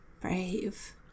brave